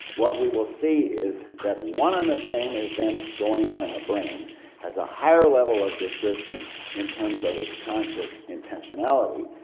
what we will see is that one and the same event going on in the brain has a higher level of description in terms of its conscious intentionality,